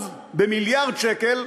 במיליארד שקלים,